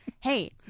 Hey